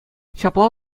ҫапла